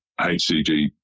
hcg